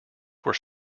were